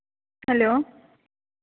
hello